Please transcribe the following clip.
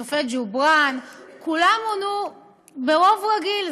השופט ג'ובראן, כולם מונו ברוב רגיל.